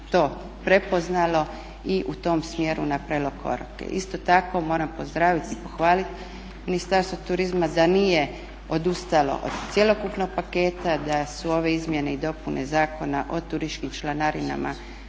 to prepoznalo i u tom smjeru napravilo korake. Isto tako moram pozdravit i pohvalit Ministarstvo turizma da nije odustalo od cjelokupnog paketa, da su ove izmjene i dopune Zakona o turističkim članarinama